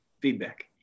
feedback